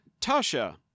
Tasha